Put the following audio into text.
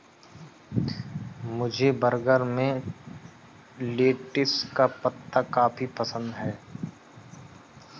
मुझे बर्गर में लेटिस का पत्ता काफी पसंद है